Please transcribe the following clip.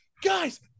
guys